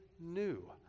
new